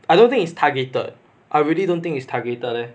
I don't think is targeted I really don't think is targeted eh